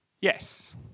yes